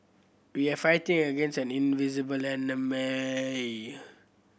we are fighting against an invisible enemy